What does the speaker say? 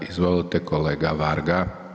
Izvolite kolega Varga.